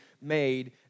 made